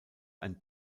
ein